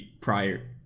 prior